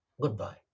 goodbye